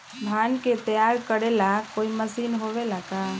धान के तैयार करेला कोई मशीन होबेला का?